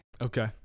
Okay